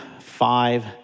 five